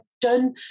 done